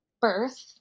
birth